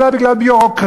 אלא בגלל ביורוקרטיה,